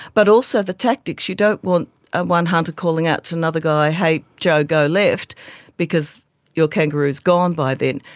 but also the tactics. you don't want ah one hunter calling out to another guy, hey joe, go left because your kangaroo is gone by then.